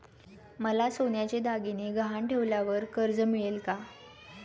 मला सोन्याचे दागिने गहाण ठेवल्यावर कर्ज मिळेल का?